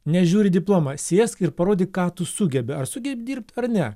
nežiūri į diplomą sėsk ir parodyk ką tu sugebi ar sugebi dirbt ar ne